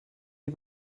est